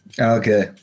Okay